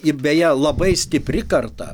ir beje labai stipri karta